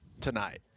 tonight